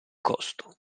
costo